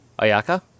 Ayaka